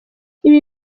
ibi